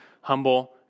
humble